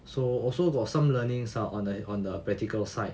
so also got some learnings ah on the on the practical side